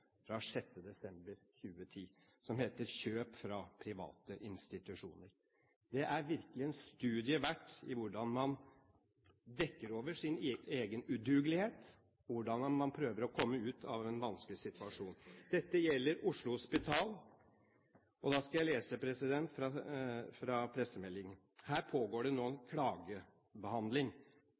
fra Helse Sør-Øst fra 6. desember 2010, som heter «Kjøp fra private institusjoner». Det er virkelig en studie verdt i hvordan man dekker over sin egen udugelighet, hvordan man prøver å komme ut av en vanskelig situasjon. Dette gjelder Oslo Hospital, og jeg skal lese fra pressemeldingen. Her pågår det nå en klagebehandling,